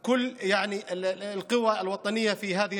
כל ההמון הערבי חייב